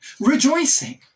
rejoicing